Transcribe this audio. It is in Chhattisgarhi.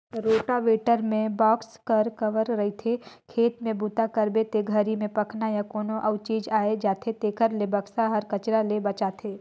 रोटावेटर म बाक्स कवर रहिथे, खेत में बूता करबे ते घरी में पखना या कोनो अउ चीज आये जाथे तेखर ले बक्सा हर कचरा ले बचाथे